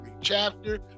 chapter